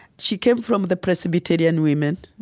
she came from the presbyterian women